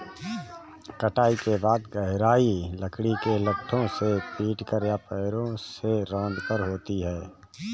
कटाई के बाद गहराई लकड़ी के लट्ठों से पीटकर या पैरों से रौंदकर होती है